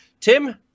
Tim